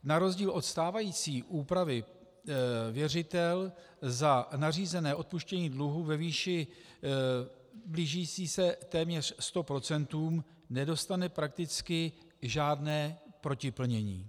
Na rozdíl od stávající úpravy věřitel za nařízené odpuštění dluhu ve výši blížící se téměř 100 procentům nedostane prakticky žádné protiplnění.